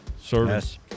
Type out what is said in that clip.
Service